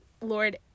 Lord